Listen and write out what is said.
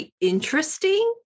interesting